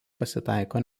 pasitaiko